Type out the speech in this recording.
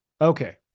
Okay